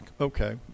Okay